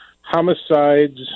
homicides